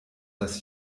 das